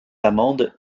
amendes